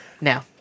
No